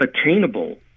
attainable